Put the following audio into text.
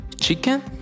chicken